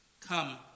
Come